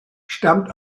stammt